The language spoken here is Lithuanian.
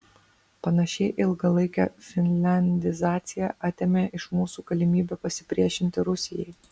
panašiai ilgalaikė finliandizacija atėmė iš mūsų galimybę pasipriešinti rusijai